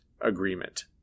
agreement